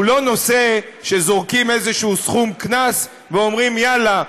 הוא לא נושא שזורקים איזה סכום קנס ואומרים: יאללה,